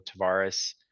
Tavares